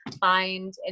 find